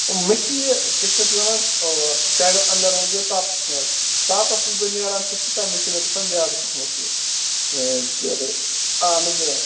مےٚ چھُ یہِ کیٛاہ چھ اَتھ وَنان اوٕ شیڈیوہس اَنٛدَر روٗزِتھ تاپَس نیرٕ تاپَس ییٚلہِ بہٕ نیران چھُس تہٕ تَمہِ وِز چھُ مےٚ گَژھان زیادٕ پَہم یہِ اَہَن حظ آ